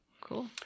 cool